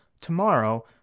tomorrow